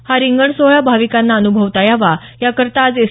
हा रिंगण सोहळा भाविकांना अनुभवता यावा याकरता आज एस